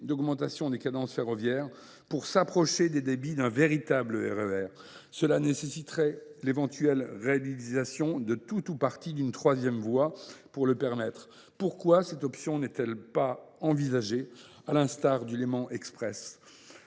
d’augmenter les cadences ferroviaires pour s’approcher du débit d’un véritable RER. Cela nécessite l’éventuelle réalisation de tout ou partie d’une troisième voie. Pourquoi cette option n’est elle pas envisagée, comme pour le Léman Express ?